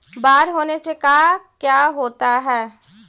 बाढ़ होने से का क्या होता है?